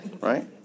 Right